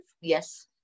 Yes